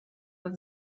that